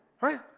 Right